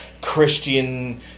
Christian